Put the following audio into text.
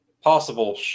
possible